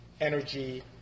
energy